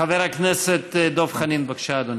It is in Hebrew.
חבר הכנסת דב חנין, בבקשה, אדוני.